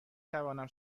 توانم